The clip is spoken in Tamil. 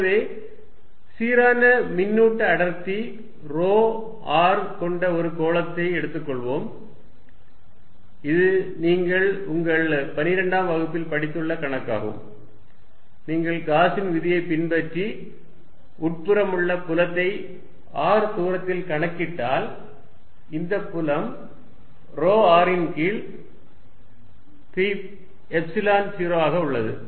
எனவே சீரான மின்னூட்ட அடர்த்தி ρ r கொண்ட ஒரு கோளத்தை எடுத்துக்கொள்வோம் இது நீங்கள் உங்கள் 12 ஆம் வகுப்பில் படித்துள்ள கணக்காகும் நீங்கள் காஸின் விதியை பின்பற்றி உட்புறமுள்ள புலத்தை r தூரத்தில் கணக்கிட்டால் இந்த புலம் ρ r ன் கீழ் 3 எப்சிலன் 0 ஆக உள்ளது